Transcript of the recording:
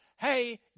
Hey